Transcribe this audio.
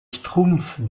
schtroumpfs